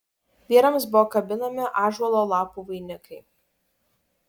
vyrams buvo kabinami ąžuolo lapų vainikai